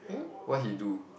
what he do